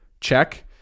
check